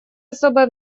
особое